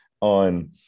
on